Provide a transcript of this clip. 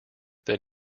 than